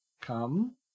come